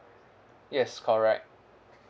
yes correct